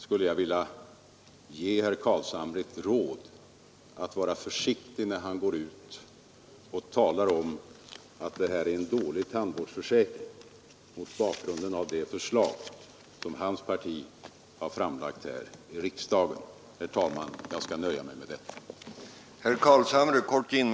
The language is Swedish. Och där vill jag ge herr Carlshamre rådet — mot bakgrund av det förslag hans parti har lagt här i riksdagen — att vara försiktig när han är ute och talar om att detta är en dålig tandvårdsförsäkring.